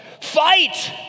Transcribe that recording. fight